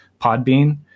Podbean